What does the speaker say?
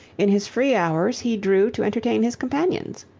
in his free hours he drew to entertain his companions.